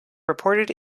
reported